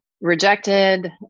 rejected